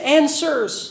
answers